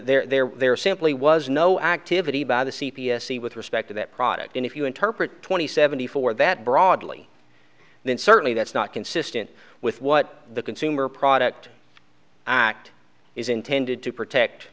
basis there there simply was no activity by the c p s see with respect to that product and if you interpret twenty seven for that broadly then certainly that's not consistent with what the consumer product act is intended to protect